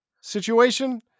situation